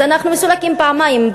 אז אנחנו מסולקים פעמיים,